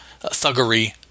thuggery